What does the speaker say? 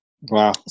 Wow